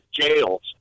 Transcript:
jails